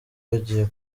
bagiye